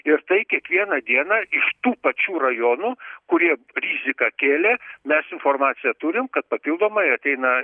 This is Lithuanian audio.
ir tai kiekvieną dieną iš tų pačių rajonų kurie riziką kėlė mes informaciją turim kad papildomai ateina